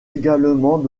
également